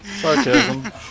Sarcasm